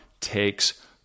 takes